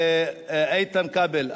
ואיתן כבל,